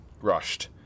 Rushed